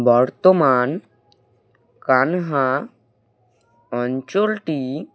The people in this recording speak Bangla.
বর্তমান কান্হা অঞ্চলটি